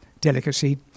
delicacy